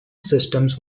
systems